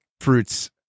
fruits